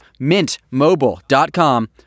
mintmobile.com